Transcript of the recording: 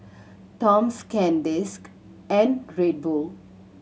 Toms Sandisk and Red Bull